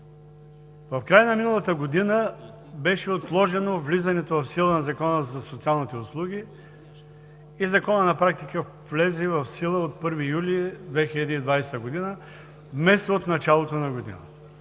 В края на миналата година беше отложено влизането в сила на Закона за социалните услуги и Законът на практика влезе в сила от 1 юли 2020 г. вместо от началото на годината.